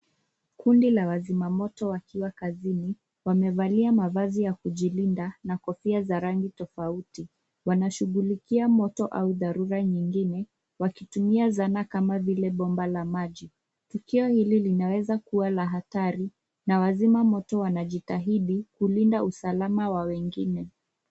Kundi la wazimamoto wakiwa kazini. Wamevalia mavazi ya kujilinda na kofia za rangi tofauti. Wanashugulikia moto au dharura nyingine wakitumia zana kama vile bomba la maji. Tukio hili linaweza kuwa la hatari na wazimamoto wanajitahidi kulinda usalama wa wengine.